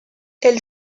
elle